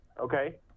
Okay